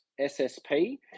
SSP